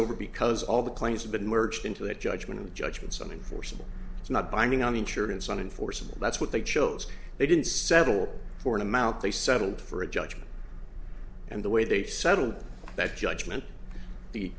over because all the claims have been merged into the judgment of judgment something forcible it's not binding on insurance on enforceable that's what they chose they didn't settle for an amount they settled for a judgment and the way they settled that judgment the